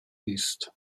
ist